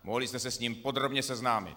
Mohli jste se s ním podrobně seznámit.